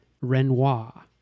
Renoir